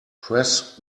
press